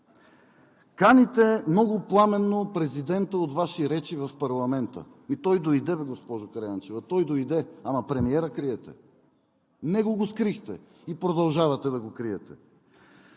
Каните много пламенно президента от Ваши речи в парламента. И той дойде бе, госпожо Караянчева, той дойде! Ама премиера – криете. Него го скрихте и продължавате да го криете.